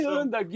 anda